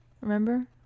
Remember